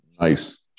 Nice